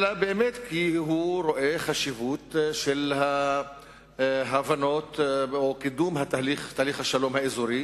אלא באמת כי הוא רואה חשיבות בהבנות או בקידום תהליך השלום האזורי